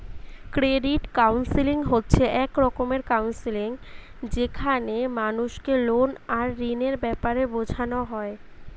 credit counselling হচ্ছে এক রকমের কাউন্সেলিং যেখানে মানুষকে লোন আর ঋণের বেপারে বুঝানা হয়